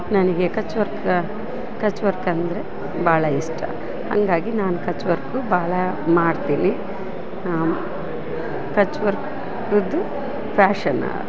ನನಗೆ Kutch work Kutch work ಅಂದರೆ ಭಾಳ ಇಷ್ಟ ಹಂಗಾಗಿ ನಾನು ಕಚ್ ವರ್ಕು ಭಾಳ ಮಾಡ್ತೀನಿ ಕಚ್ ವರ್ಕುದು ಫ್ಯಾಶನ